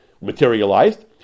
materialized